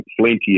plenty